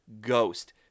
ghost